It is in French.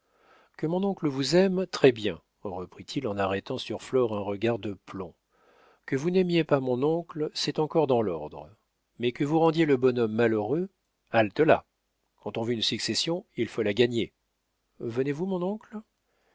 que mon oncle vous aime très-bien reprit-il en arrêtant sur flore un regard de plomb que vous n'aimiez pas mon oncle c'est encore dans l'ordre mais que vous rendiez le bonhomme malheureux halte là quand on veut une succession il faut la gagner venez-vous mon oncle